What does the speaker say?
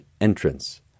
entrance